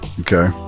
Okay